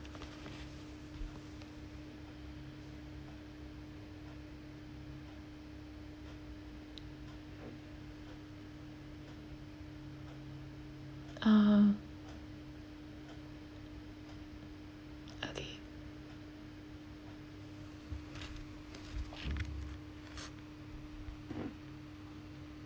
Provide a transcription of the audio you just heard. ah okay